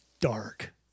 dark